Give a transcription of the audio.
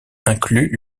incluent